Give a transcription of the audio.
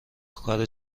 کار